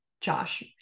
Josh